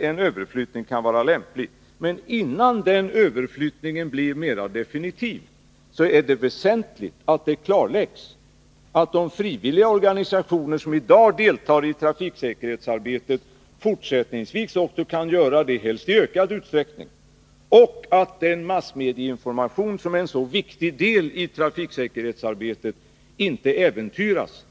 en överflyttning kan vara lämplig. Men innan överflyttningen blir mera definitiv är det väsentligt att det klarläggs att de frivilliga organisationer som i dag deltar i trafiksäkerhetsarbetet fortsättningsvis också kan göra det — helst i ökad utsträckning — och att den massmedieinformation, som är en så viktig del i trafiksäkerhetsarbetet, inte äventyras.